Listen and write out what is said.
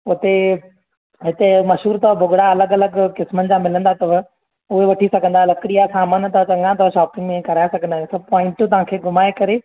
उते हिते मशहूरु अथव भुॻड़ा अलॻि अलॻि क़िस्मनि जा मिलंदा अथव उहे वठी सघंदा आहियो लकड़ीअ जा सामान अथव चङा अथव शॉपिंग में कराए सघंदा आहियूं सभु पॉईंटूं घुमाए करे